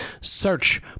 Search